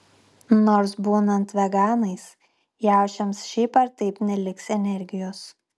nors būnant veganais jaučiams šiaip ar taip neliks energijos